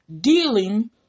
dealing